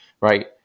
right